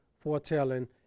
foretelling